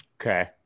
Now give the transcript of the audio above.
Okay